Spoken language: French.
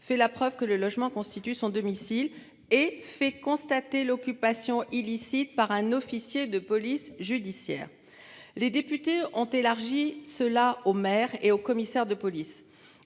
fait la preuve que le logement constitue son domicile et fait constater l'occupation illicite par un officier de police judiciaire. Les députés ont élargi cela aux maire et aux commissaire de police.